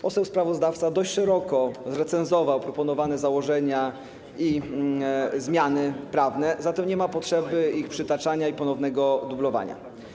Poseł sprawozdawca dość szeroko zrecenzował proponowane założenia i zmiany prawne, zatem nie ma potrzeby ich przytaczania i dublowania.